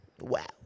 Wow